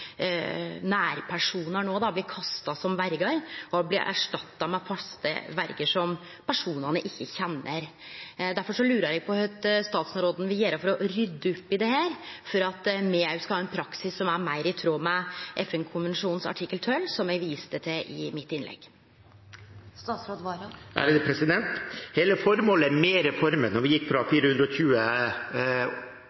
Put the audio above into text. nærpersonar no blir kasta som verjer og blir erstatta med faste verjer som personane ikkje kjenner. Difor lurer eg på kva statsråden vil gjere for å rydde opp i dette, slik at me òg får ein praksis som er meir i tråd med FN-konvensjonens artikkel 12, som eg viste til i innlegget mitt. Hele formålet med reformen, da vi